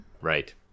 Right